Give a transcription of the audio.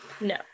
no